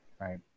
right